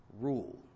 rule